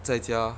在家